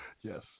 Yes